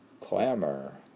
clamor